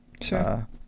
sure